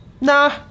nah